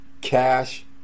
cash